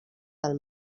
del